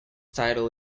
title